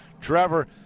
Trevor